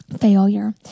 failure